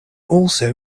also